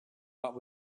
what